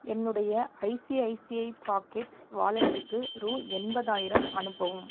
என்னுடைய ஐசிஐசிஐ பாக்கெட்ஸ் வாலெட்டுக்கு ரூ எண்பதாயிரம் அனுப்பவும்